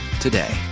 today